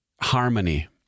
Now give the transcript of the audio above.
Harmony